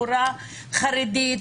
בחורה חרדית,